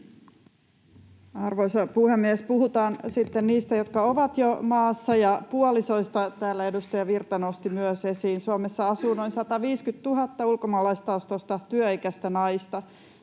Arvoisa puhemies! Puhutaan sitten niistä, jotka ovat jo maassa, ja puolisoista, jotka täällä edustaja Virta nosti myös esiin. Suomessa asuu noin 150 000 ulkomaalaistaustaista työikäistä naista.